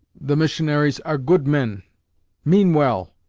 the missionaries are good men mean well,